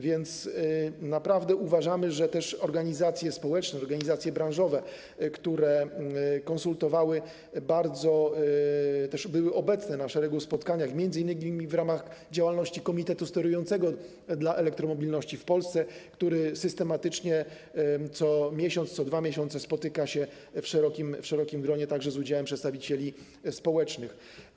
Więc naprawdę uważamy, że organizacje społeczne, organizacje branżowe, które konsultowały, też były obecne na szeregu spotkań, m.in. w ramach działalności Komitetu Sterującego Programu Elektromobilność w Polsce, który systematycznie, co miesiąc, co 2 miesiące spotyka się w szerokim gronie także z udziałem przedstawicieli społecznych.